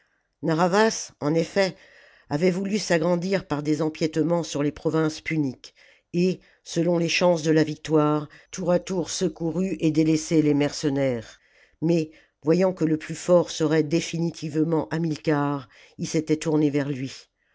narr'havas en effet avait voulu s'agrandir par des empiétements sur les provinces puniques et selon les chances de la victoire tour à tour secouru et délaissé les mercenaires mais voyant que le plus fort serait définitivement hamilcar il s'était tourné vers lui